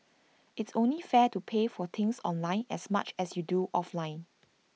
it's only fair to pay for things online as much as you do offline